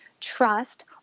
trust